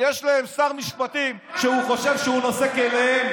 שר משפטים שחושב שהוא נושא כליהם.